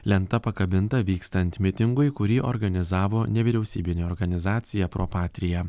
lenta pakabinta vykstant mitingui kurį organizavo nevyriausybinė organizacija propatrija